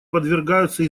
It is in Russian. подвергаются